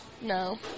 No